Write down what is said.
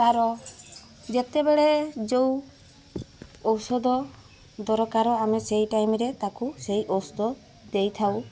ତାର ଯେତେବେଳେ ଯେଉଁ ଔଷଧ ଦରକାର ଆମେ ସେଇ ଟାଇମରେ ତାକୁ ସେଇ ଔଷଧ ଦେଇଥାଉ